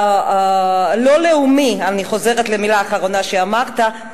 לא לאומי, אני חוזרת למלה האחרונה שאמרת.